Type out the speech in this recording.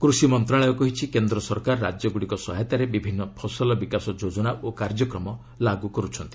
କୃଷି ମନ୍ତ୍ରଣାଳୟ କହିଛି କେନ୍ଦ୍ରସରକାର ରାଜ୍ୟଗୁଡ଼ିକ ସହାୟତାରେ ବିଭିନ୍ନ ଫସଲବିକାଶ ଯୋଜନା ଓ କାର୍ଯ୍ୟକ୍ରମ ଲାଗୁ କରୁଛନ୍ତି